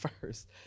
first